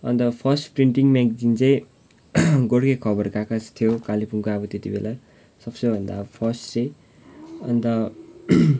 अन्त first printing magazine चाहिँ गोर्खे खबर कागत थियो कालेबुङको अब त्यति बेला सबसे भन्दा फर्स्ट चाहिँ अन्त